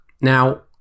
now